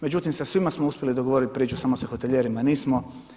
Međutim, sa svima smo uspjeli dogovoriti priču samo sa hotelijerima nismo.